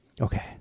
Okay